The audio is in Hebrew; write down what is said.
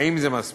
האם זה מספיק?